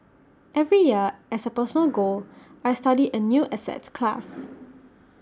every year as A personal goal I study A new asset class